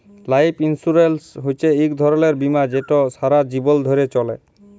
life insurance হছে ইক ধরলের বীমা যেট সারা জীবল ধ্যরে চলে